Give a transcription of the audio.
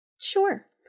Sure